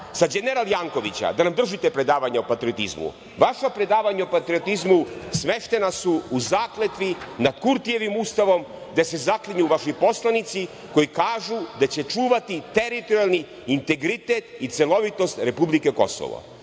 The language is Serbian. sa Đeneral Jankovića, da nam držite predavanje o patriotizmu. Vaša predavanja o patriotizmu smeštena su u zakletvi nad Kurtijevim ustavom, gde se zaklinju vaši poslanici koji kažu da će čuvati teritorijalni integritet i celovitost republike Kosovo.